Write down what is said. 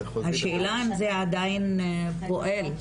השאלה, אם זה עדיין פועל?